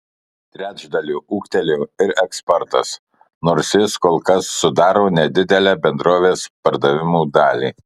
trečdaliu ūgtelėjo ir eksportas nors jis kol kas sudaro nedidelę bendrovės pardavimų dalį